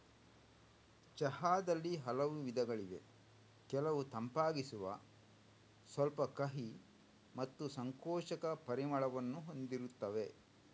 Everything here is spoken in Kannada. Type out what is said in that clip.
ಚಹಾದಲ್ಲಿ ಹಲವು ವಿಧಗಳಿವೆ ಕೆಲವು ತಂಪಾಗಿಸುವ, ಸ್ವಲ್ಪ ಕಹಿ ಮತ್ತು ಸಂಕೋಚಕ ಪರಿಮಳವನ್ನು ಹೊಂದಿರುತ್ತವೆ